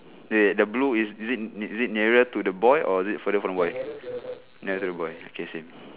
wait the blue is is it is it nearer to the boy or is it further from the boy near the boy okay same